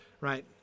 right